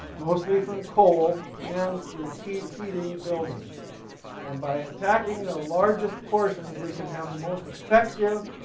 mostly from coal and the heating heating buildings and by attacking the largest portions we can have the most effect,